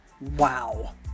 Wow